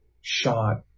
shot